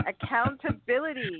Accountability